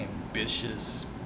ambitious